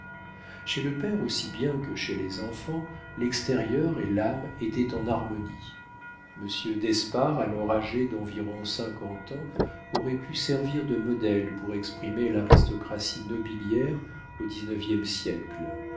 chez le père aussi bien que chez les enfants l'extérieur et l'âme étaient en harmonie monsieur d'espard alors âgé d'environ cinquante ans aurait pu servir de modèle pour exprimer l'aristocratie nobiliaire au dix-neuvième siècle